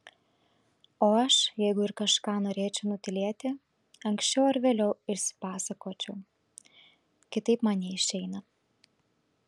o aš jeigu ir kažką norėčiau nutylėti anksčiau ar vėliau išsipasakočiau kitaip man neišeina